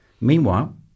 Meanwhile